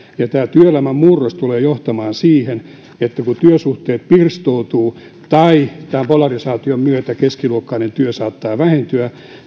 työelämän murros tulee johtamaan siihen että kun työsuhteet pirstoutuvat tai tämän polarisaation myötä keskiluokkainen työ saattaa vähentyä